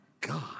God